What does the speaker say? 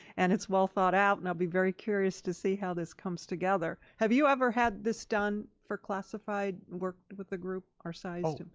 and it's well thought out, and i'll be very curious to see how this comes together. have you ever had this done for classified work with a group our sized?